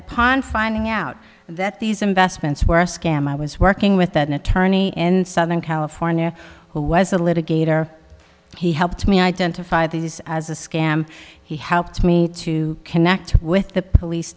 upon finding out that these investments were a scam i was working with an attorney in southern california who was a litigator he helped me identify these as a scam he helped me to connect with the police